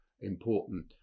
important